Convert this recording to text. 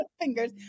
fingers